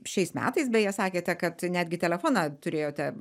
šiais metais beje sakėte kad netgi telefoną turėjote